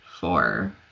four